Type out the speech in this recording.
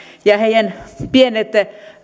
ja heidän pienet